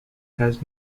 has